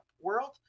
world